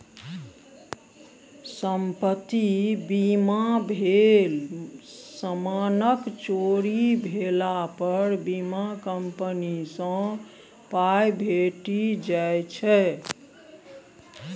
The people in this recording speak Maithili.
संपत्ति बीमा भेल समानक चोरी भेला पर बीमा कंपनी सँ पाइ भेटि जाइ छै